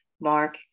Mark